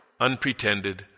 unpretended